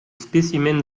spécimens